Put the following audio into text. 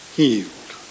healed